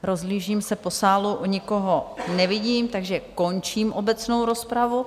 Rozhlížím se po sálu, nikoho nevidím, takže končím obecnou rozpravu.